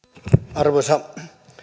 arvoisa